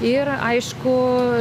ir aišku